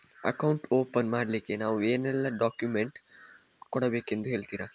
Account open ಮಾಡ್ಲಿಕ್ಕೆ ನಾವು ಏನೆಲ್ಲ ಡಾಕ್ಯುಮೆಂಟ್ ಕೊಡಬೇಕೆಂದು ಹೇಳ್ತಿರಾ?